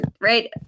right